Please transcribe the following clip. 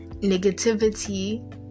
negativity